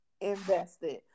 invested